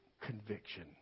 conviction